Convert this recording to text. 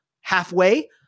halfway